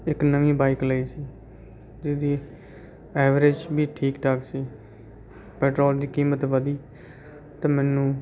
ਇੱਕ ਨਵੀਂ ਬਾਈਕ ਲਈ ਸੀ ਜਿਸਦੀ ਐਵਰੇਜ ਵੀ ਠੀਕ ਠਾਕ ਸੀ ਪੈਟਰੋਲ ਦੀ ਕੀਮਤ ਵਧੀ ਅਤੇ ਮੈਨੂੰ